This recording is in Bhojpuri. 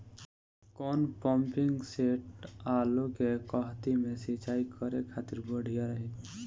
कौन पंपिंग सेट आलू के कहती मे सिचाई करे खातिर बढ़िया रही?